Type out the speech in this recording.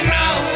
now